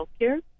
healthcare